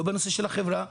לא בנושא של החברה,